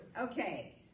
okay